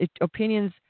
Opinions